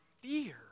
fear